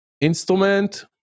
instrument